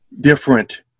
different